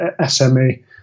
SME